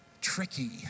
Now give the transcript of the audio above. tricky